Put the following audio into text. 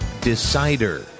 decider